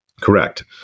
Correct